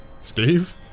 Steve